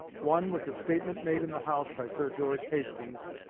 one was a statement made in the house by sir george hastings,